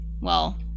well